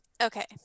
okay